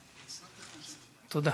תודה.